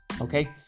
okay